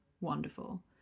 wonderful